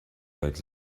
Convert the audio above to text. like